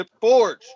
forge